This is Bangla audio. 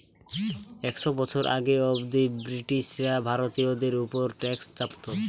একশ বছর আগে অব্দি ব্রিটিশরা ভারতীয়দের উপর ট্যাক্স চাপতো